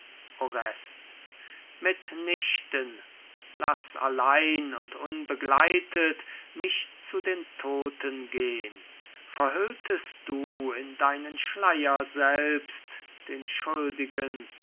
mit nichten laß allein und unbegleitet mich zu den todten gehn verhülltest du in deinen schleier selbst den schuldigen